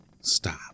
stop